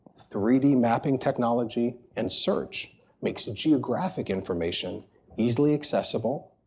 three d mapping technology, and search makes geographic information easily accessible,